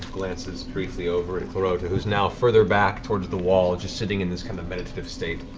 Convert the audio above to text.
glances briefly over at clarota, who's now further back towards the wall just sitting in this kind of meditative state.